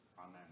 amen